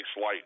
light